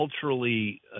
culturally